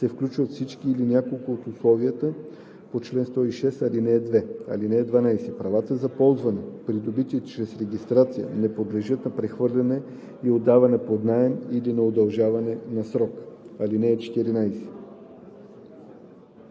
се включват всички или някои от условията по чл. 106, ал. 2. (12) Правата за ползване, придобити чрез регистрация, не подлежат на прехвърляне и отдаване под наем или на удължаване на срок. (13)